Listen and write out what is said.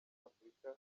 afurika